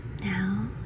now